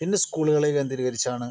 പിന്നെ സ്കൂളുകളെ കേന്ദ്രീകരിച്ചാണ്